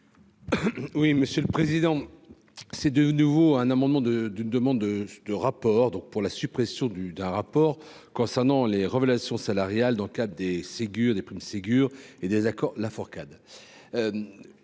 Oui, monsieur le président, c'est de nouveau un amendement de d'une demande de rapport donc pour la suppression du d'un rapport concernant les relations salariales donc. Cap des Ségur des primes Ségur et désaccords Lafourcade